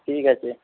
ঠিক আছে